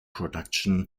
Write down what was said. production